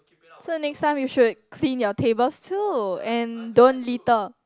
so next time you should clean your tables too and don't litter